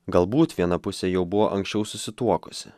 galbūt viena pusė jau buvo anksčiau susituokusi